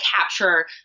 capture